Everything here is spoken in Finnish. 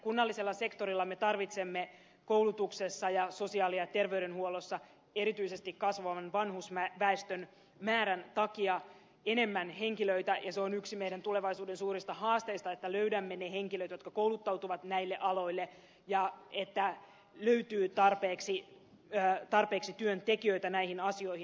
kunnallisella sektorilla me tarvitsemme koulutuksessa ja sosiaali ja terveydenhuollossa erityisesti kasvavan vanhusväestön määrän takia enemmän henkilöitä ja se on yksi meidän tulevaisuuden suurista haasteistamme että löydämme ne henkilöt jotka kouluttautuvat näille aloille ja että löytyy tarpeeksi työntekijöitä näihin asioihin